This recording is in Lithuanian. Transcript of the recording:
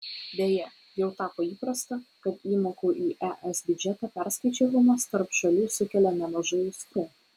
beje jau tapo įprasta kad įmokų į es biudžetą perskaičiavimas tarp šalių sukelia nemažai aistrų